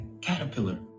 caterpillar